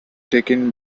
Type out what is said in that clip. taken